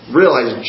realize